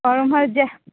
एम्हर जाइ